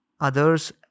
others